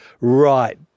right